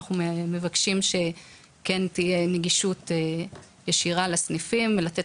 אנחנו מבקשים שתהיה נגישות ישירה לסניפים ולתת